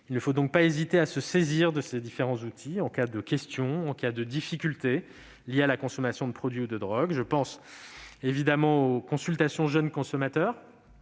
Il ne faut donc pas hésiter à se saisir de ces différents outils en cas de questions ou de difficultés liées à la consommation de produits ou de drogues. Je pense évidemment aux consultations jeunes consommateurs